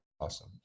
awesome